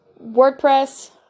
WordPress